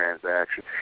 transaction